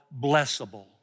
blessable